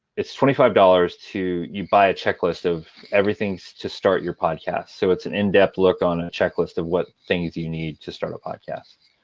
it's twenty five dollars, you buy a checklist of everything to start your podcast. so it's an in-depth look on a checklist of what things you need to start a podcast.